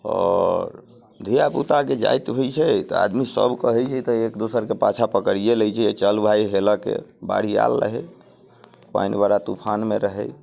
और धियापुताके जाति होइत छै तऽ आदमीसभ कहैत छै तऽ एक दोसरके पाछाँ पकड़िए लैत छै चल भाय हेलयके बाढ़ि आयल रहै पानि बड़ा तूफानमे रहै